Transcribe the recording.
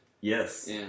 Yes